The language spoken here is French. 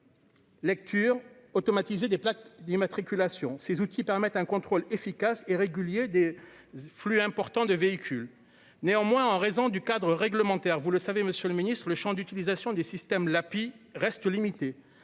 Lecture automatisée des plaques d'immatriculation, ces outils permettent un contrôle efficace et régulier des flux important de véhicules, néanmoins, en raison du cadre réglementaire, vous le savez, Monsieur le Ministre, le Champ d'utilisation des systèmes reste limitée,